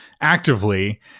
actively